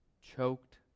choked